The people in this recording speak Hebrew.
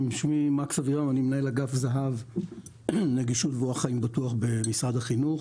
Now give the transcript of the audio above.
אני מנהל אגף זה"ב נגישות ואורח חיים בטוח במשרד החינוך